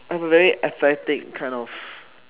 I am a very athletic kind of